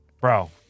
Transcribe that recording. bro